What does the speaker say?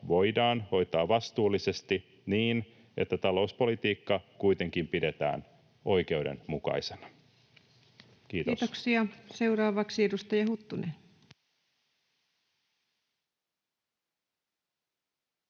voidaan hoitaa vastuullisesti niin, että talouspolitiikka kuitenkin pidetään oikeudenmukaisena. — Kiitos. Kiitoksia. — Seuraavaksi edustaja Huttunen.